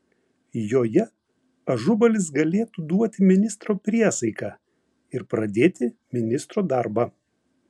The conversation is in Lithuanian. joje ažubalis galėtų duoti ministro priesaiką ir pradėti ministro darbą